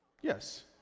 Yes